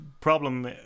problem